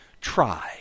try